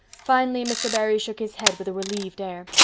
finally mr. barry shook his head, with a relieved air.